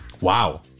Wow